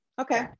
Okay